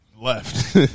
left